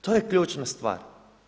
To je ključna stvar.